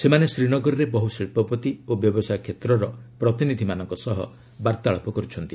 ସେମାନେ ଶ୍ରୀନଗରରେ ବହୁ ଶିଳ୍ପପତି ଓ ବ୍ୟବସାୟ କ୍ଷେତ୍ରର ପ୍ରତିନିଧିମାନଙ୍କ ସହ ବାର୍ତ୍ତାଳାପ କରୁଛନ୍ତି